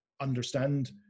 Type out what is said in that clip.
understand